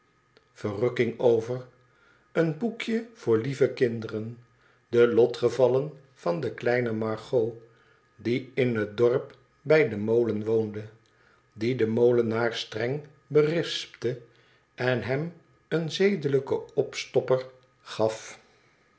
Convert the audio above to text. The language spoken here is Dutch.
over leen boekje voor lieve kinderen de lotgevallen van de kleine margot die in het dorp bij den molen woonde die den molenaar streng berispte en hem een zedelijken opstopper gaf